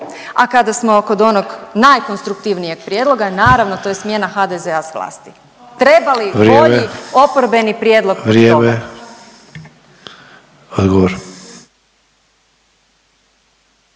A kada smo kod onog najkonstruktivnijeg prijedloga, naravno to je smjena HDZ-a s vlasti. Treba …/Upadica Sanader: Vrijeme./…